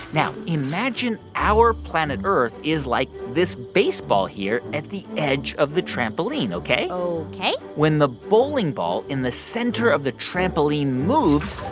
now, imagine our planet earth is like this baseball here at the edge of the trampoline, ok? ok when the bowling ball in the center of the trampoline moves,